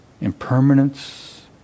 Impermanence